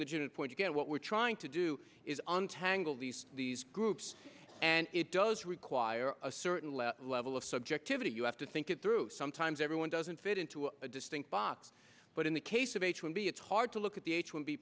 legitimate point again what we're trying to do is untangle these these groups and it does require a certain level level of subjectivity you have to think it through sometimes everyone doesn't fit into a distinct box but in the case of h one b it's hard to look at the h one b